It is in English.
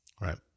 Right